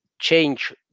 change